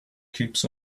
keeps